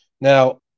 Now